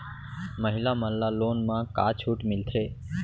महिला मन ला लोन मा का छूट मिलथे?